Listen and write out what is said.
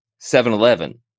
7-Eleven